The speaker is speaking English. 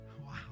wow